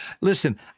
Listen